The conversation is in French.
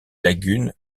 lagunes